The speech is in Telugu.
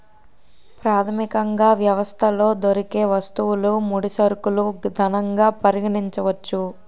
ప్రాథమికంగా వ్యవస్థలో దొరికే వస్తువులు ముడి సరుకులు ధనంగా పరిగణించవచ్చు